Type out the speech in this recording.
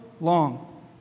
long